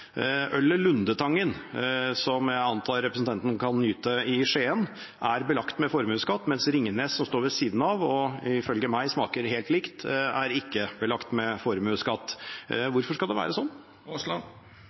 Lundetangen, som jeg antar representanten kan nyte i Skien, er belagt med formuesskatt, mens Ringnes, som står ved siden av, og ifølge meg smaker helt likt, er ikke belagt med formuesskatt.